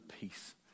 peace